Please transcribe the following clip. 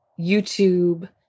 YouTube